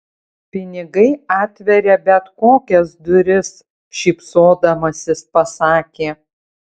pinigai atveria bet kokias duris šypsodamasis pasakė